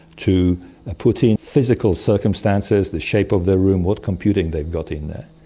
to put in physical circumstances, the shape of their room, what computing they've got in there.